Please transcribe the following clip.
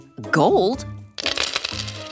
Gold